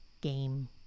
Game